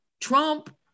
Trump